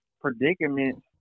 predicaments